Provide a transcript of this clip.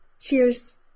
Cheers